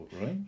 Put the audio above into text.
right